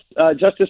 Justice